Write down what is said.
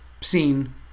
seen